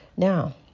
Now